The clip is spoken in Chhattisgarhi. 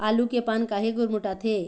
आलू के पान काहे गुरमुटाथे?